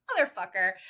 motherfucker